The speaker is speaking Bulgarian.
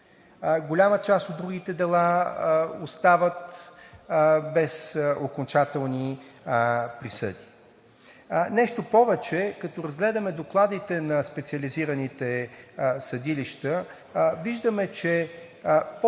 голяма част от другите дела остават без окончателни присъди. Нещо повече, като разгледаме докладите на специализираните съдилища, виждаме, че под